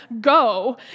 go